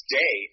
day